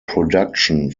production